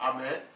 Amen